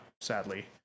sadly